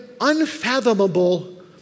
unfathomable